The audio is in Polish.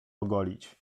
ogolić